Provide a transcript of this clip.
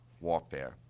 warfare